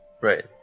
Right